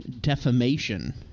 defamation